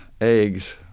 eggs